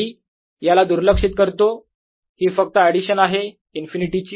मी याला दुर्लक्षित करतो हि फक्त एडिशन आहे इन्फिनिटी ची